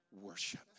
Worship